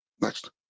Next